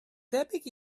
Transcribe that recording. debyg